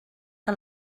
que